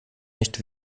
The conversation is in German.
nicht